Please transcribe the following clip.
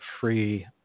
free